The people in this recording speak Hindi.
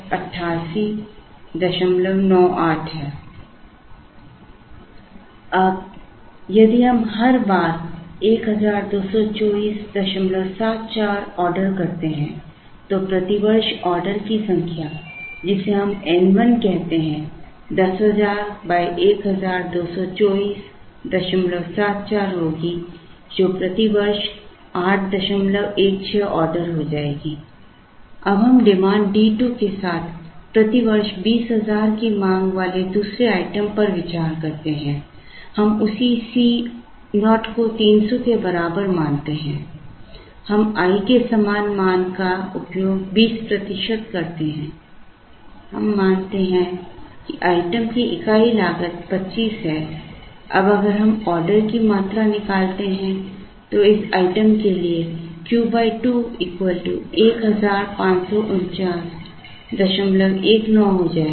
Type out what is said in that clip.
अब यदि हम हर बार 122474 ऑर्डर करते हैं तो प्रति वर्ष ऑर्डर की संख्या जिसे हम N1 कहते हैं 10000 122474 होगी जो प्रति वर्ष 816 ऑर्डर हो जाएगी